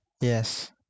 Yes